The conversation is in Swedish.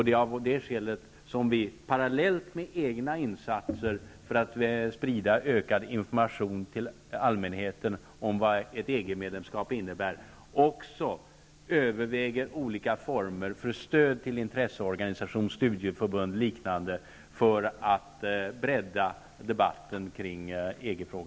Det är av det skälet som vi, parallellt med egna insatser för att sprida ökad information till allmänheten om vad ett EG-medlemskap innebär, också överväger olika former av stöd till intresseorganisationer, studieförbund och liknande organ för att bredda debatten kring EG